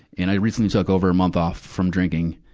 and i recently took over a month off from drinking,